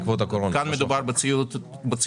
ינון דיבר על פחת מואץ בעקבות הקורונה.